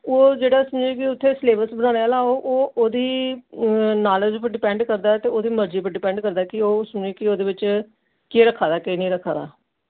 जेह्ड़ा समझी लैओ कि उत्थै सलेबस बनाने आह्ला ओह् ओह्दी नालेज पर डिपैंड करदा ते ओह्दी मर्जी पर की ओह् समझी लैओ कि ओह्दे बिच्च केह् रक्खा दा केह् निं रक्खा दा